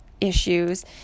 issues